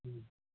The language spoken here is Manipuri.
ꯎꯝ